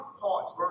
parts